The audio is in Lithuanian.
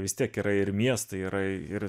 vis tiek yra ir miestai yra ir